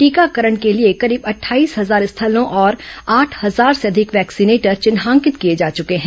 टीकाकरण के लिए करीब अट्ठाईस हजार स्थलों और आठ हजार से अधिक वैक्सीनेटर चिन्हांकित किए जा चुके हैं